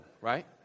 right